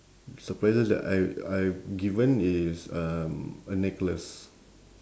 surprises that I I've given is um a necklace